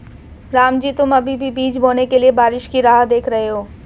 रामजी तुम अभी भी बीज बोने के लिए बारिश की राह देख रहे हो?